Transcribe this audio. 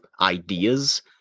ideas